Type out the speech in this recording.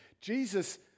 Jesus